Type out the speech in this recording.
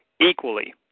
equally